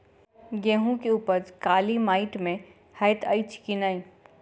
गेंहूँ केँ उपज काली माटि मे हएत अछि की नै?